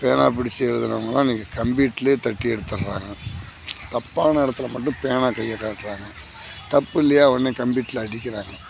பேனா பிடிச்சி எழுதுறவங்கலாம் இன்னைக்கு கம்ப்யூட்ருலையே தட்டி எடுத்துடுறாங்க தப்பான இடத்துல மட்டும் பேனா கையை காட்டுறாங்க தப்பில்லையா உடனே கம்ப்யூட்ரில் அடிக்கிறாங்க